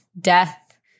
death